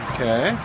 Okay